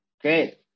great